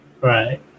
Right